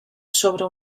sobre